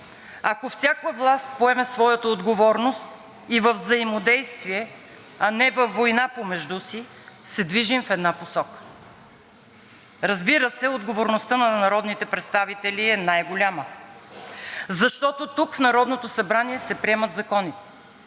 ако всяка власт поеме своята отговорност и във взаимодействие, а не във война помежду си се движим в една посока. Разбира се, отговорността на народните представители е най-голяма, защото тук, в Народното събрание, се приемат законите,